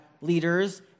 leaders